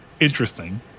interesting